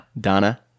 Donna